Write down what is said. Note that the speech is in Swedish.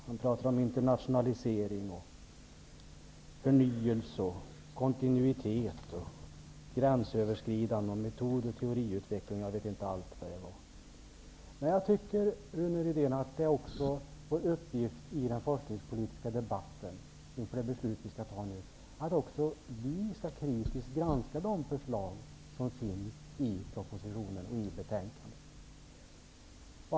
Han pratade om internationalisering, förnyelse, kontinuitet, gränsöverskridning, metod och teoriutveckling och jag vet inte allt vad det var. Men jag tycker, Rune Rydén, att det också är vår uppgift i den forskningspolitiska debatten, inför det beslut som vi skall fatta nu, att kritiskt granska de förslag som finns i propositionen och i betänkandet.